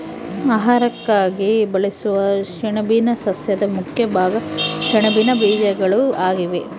ಆಹಾರಕ್ಕಾಗಿ ಬಳಸುವ ಸೆಣಬಿನ ಸಸ್ಯದ ಮುಖ್ಯ ಭಾಗ ಸೆಣಬಿನ ಬೀಜಗಳು ಆಗಿವೆ